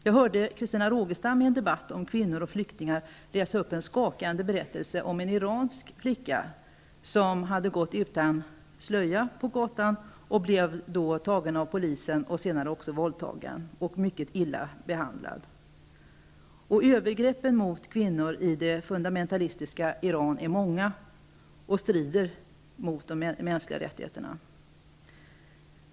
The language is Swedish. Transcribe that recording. Jag hörde Christina Rogestam i en debatt om kvinnor och flyktingar läsa upp en skakande berättelse om en iransk flicka, som hade gått utan slöja på gatan och blev tagen av polisen och senare också våldtagen. Hon blev mycket illa behandlad. Iran är många, och de strider mot de mänskliga rättigheterna.